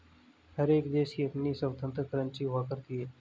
हर एक देश की अपनी स्वतन्त्र करेंसी हुआ करती है